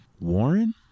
Warren